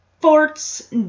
forts